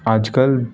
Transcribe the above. ਅੱਜ ਕੱਲ੍ਹ